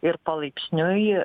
ir palaipsniui